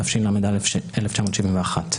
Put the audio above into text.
התשל"א-1971.